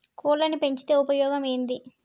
కోళ్లని పెంచితే ఉపయోగం ఏంది?